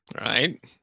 Right